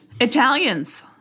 Italians